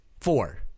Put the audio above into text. four